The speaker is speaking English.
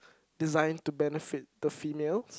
designed to benefit the female